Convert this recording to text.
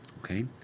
okay